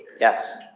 Yes